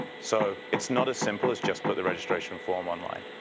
so it's not as simple as just put the registration form online.